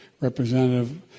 Representative